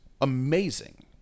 amazing